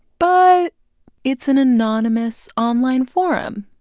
but it's an anonymous online forum,